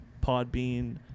Podbean